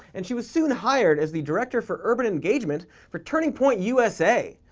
and she was soon hired as the director for urban engagement for turning point usa,